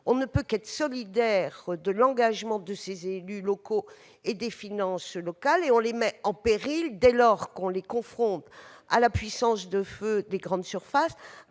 on ne peut qu'être solidaire de l'engagement de ces élus locaux et des finances locales. Or on les met en péril, dès lors qu'on les confronte à la puissance de feu des grandes surfaces,